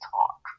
talk